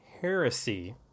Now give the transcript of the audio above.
Heresy